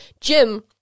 Jim